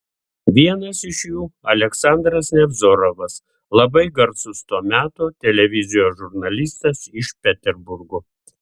vienas iš jų aleksandras nevzorovas labai garsus to meto televizijos žurnalistas iš peterburgo